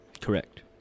Correct